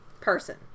person